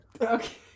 okay